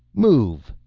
move!